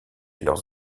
leurs